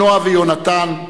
נועה ויונתן,